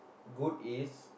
good is